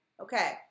Okay